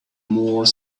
more